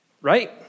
right